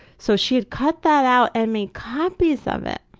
so she'd cut that out and made copies of it.